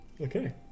Okay